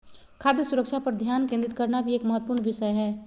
खाद्य सुरक्षा पर ध्यान केंद्रित करना भी एक महत्वपूर्ण विषय हय